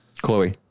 Chloe